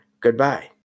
goodbye